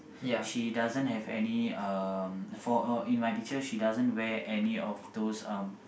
she doesn't have any um for uh in my picture she doesn't wear any of those um